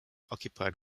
occupied